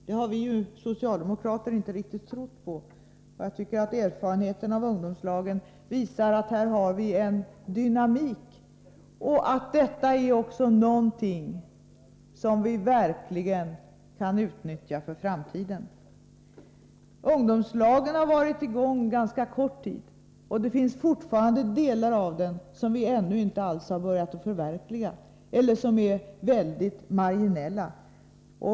Det har vi socialdemokrater inte riktigt trott på. Erfarenheten av ungdomslagen visar att här finns en dynamik, någonting som vi verkligen kan utnyttja för framtiden. Ungdomslagen har varit i gång ganska kort tid. Det finns fortfarande delar av denna verksamhet som vi ännu inte har börjat förverkliga eller som är väldigt marginella.